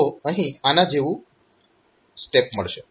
તો અહીં આના જેવું સ્ટેપ મળશે